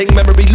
Memory